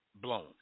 Blown